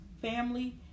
family